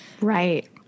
Right